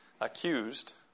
accused